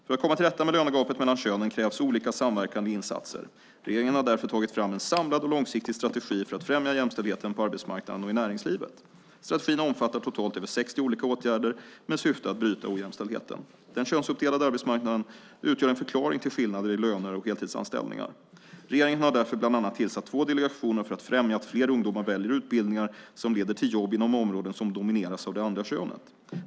För att komma till rätta med lönegapet mellan könen krävs olika samverkande insatser. Regeringen har därför tagit fram en samlad och långsiktig strategi för att främja jämställdheten på arbetsmarknaden och i näringslivet. Strategin omfattar totalt över 60 olika åtgärder med syfte att bryta ojämställdheten. Den könsuppdelade arbetsmarknaden utgör en förklaring till skillnader i löner och heltidsanställningar. Regeringen har därför bland annat tillsatt två delegationer för att främja att fler ungdomar väljer utbildningar som leder till jobb inom områden som domineras av det andra könet.